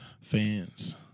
fans